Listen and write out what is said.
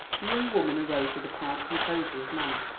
the young woman arose with a proud composure of manner,